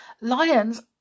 Lions